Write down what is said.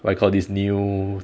what you call this new